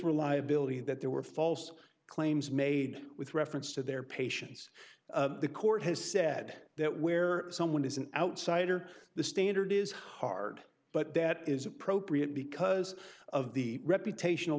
reliability that there were false claims made with reference to their patients the court has said that where someone is an outsider the standard is hard but that is appropriate because of the reputation